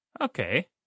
okay